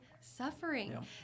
suffering